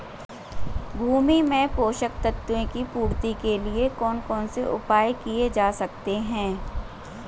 भूमि में पोषक तत्वों की पूर्ति के लिए कौन कौन से उपाय किए जा सकते हैं?